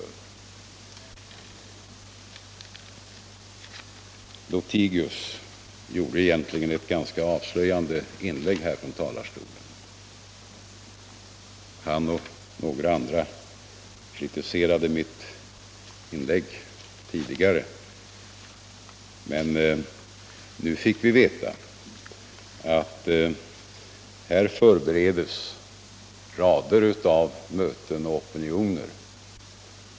Herr Lothigius gjorde egentligen ett ganska avslöjande inlägg här från talarstolen. Han och några andra kritiserade mitt tidigare inlägg, och nu fick vi veta att här förbereds rader av möten och opinioner.